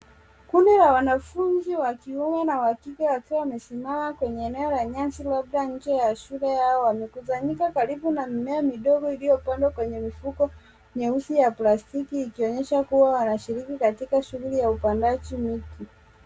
Kundi la wanafunzi wa kiume na wakike wakiwa wamesimama kwenye eneo la nyasi labda nje ya shule yao wamekusanyika karibu na mimea midogo iliyopandwa kwenye mfuko nyeusi ya plastiki ikionyesha kua washiriki katika shughuli ya upandaji miti.